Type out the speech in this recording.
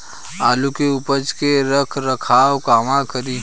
आलू के उपज के रख रखाव कहवा करी?